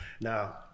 now